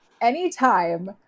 anytime